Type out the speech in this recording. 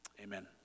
Amen